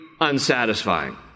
unsatisfying